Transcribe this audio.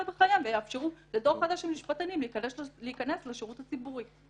בחייהם ויאפשרו לדור חדש של משפטנים להיכנס לשירות הציבורי.